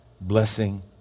blessing